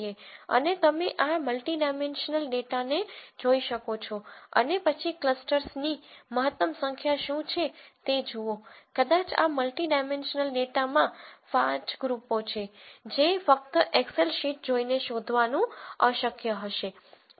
અને તમે આ મલ્ટિ ડાયમેન્શનલ ડેટાને જોઈ શકો છો અને પછી ક્લસ્ટર્સની મહત્તમ સંખ્યા શું છે તે જુઓ કદાચ આ મલ્ટિ ડાયમેન્શનલ ડેટામાં 5 ગ્રુપો છે જે ફક્ત એક્સેલ શીટ જોઈને શોધવાનું અશક્ય હશે